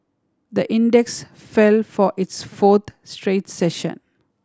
the index fell for its fourth straight session